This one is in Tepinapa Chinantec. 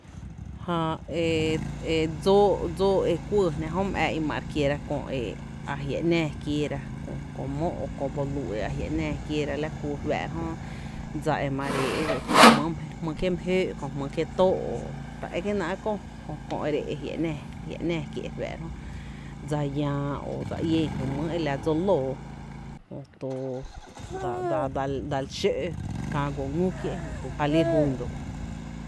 Jää e e dsóó e kuɇɇ jná Jö mý ⱥⱥ í’ my kiera kö a jia’ jnáá kiééra kö mó o köö boluu’ e a jia’ ‘náá kieera la kú re fáá’ra jö dsa i la kuro’ ma re éé’ kö jmý’ kie’ my jöö’, kö jmý’ kié’ tóó’ o ta é kie’ náá’ köö kö e re éé’ e jia’ ‘náá kié’ re fáá’ra jö dsa llⱥⱥ o dse ién jy jmýý e la dsoo lóoó jöto dsal dal xó’ kää guo ngü kié’ ja lí re jún ro’.